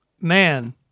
Man